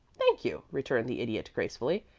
thank you, returned the idiot, gracefully.